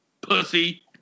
pussy